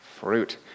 Fruit